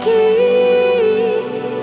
Keep